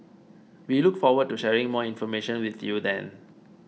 we look forward to sharing more information with you then